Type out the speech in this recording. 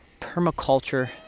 permaculture